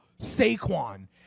Saquon